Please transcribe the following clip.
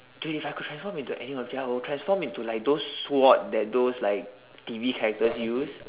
dude if I could transform into any object I would transfer into like those sword that those like T_V characters use